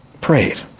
prayed